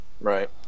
Right